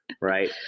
Right